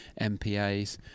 MPAs